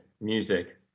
music